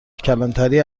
کلانتری